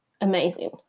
amazing